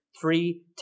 three